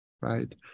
right